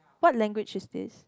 what language is this